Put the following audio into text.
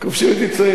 כובשים את יצריהם.